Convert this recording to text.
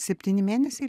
septyni mėnesiai